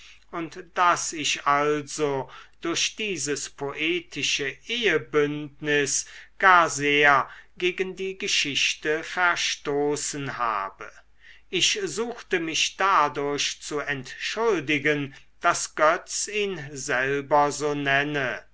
und daß ich also durch dieses poetische ehebündnis gar sehr gegen die geschichte verstoßen habe ich suchte mich dadurch zu entschuldigen daß götz ihn selber so nenne